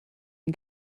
den